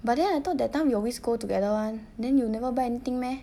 but then I thought that time you always go together [one] then you'll never buy anything meh